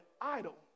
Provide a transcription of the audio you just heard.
idol